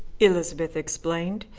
elizabeth explained,